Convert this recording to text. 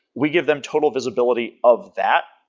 we give them total visibility of that,